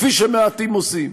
כפי שמעטים עושים.